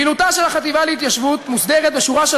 פעילותה של החטיבה להתיישבות מוסדרת בשורה של